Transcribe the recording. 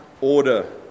order